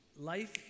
life